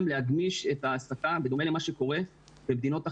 להגמיש את ההעסקה בדומה למה שקורה במדינות אחרות.